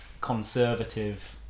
conservative